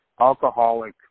alcoholic